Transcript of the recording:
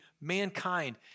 mankind